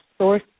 source